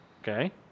Okay